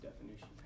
definition